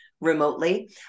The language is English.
remotely